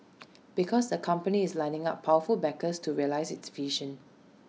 because the company is lining up powerful backers to realise its vision